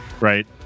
Right